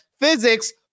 physics